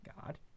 God